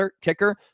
kicker